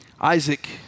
Isaac